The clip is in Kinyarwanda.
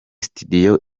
studio